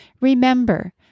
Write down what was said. Remember